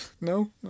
No